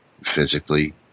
physically